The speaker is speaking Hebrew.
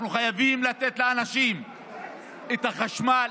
אנחנו חייבים לתת לאנשים את החשמל,